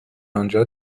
انجا